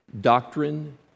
doctrine